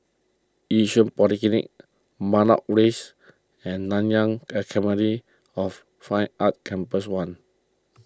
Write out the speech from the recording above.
Yishun Polyclinic Matlock Rise and Nanyang Academy of Fine Arts Campus one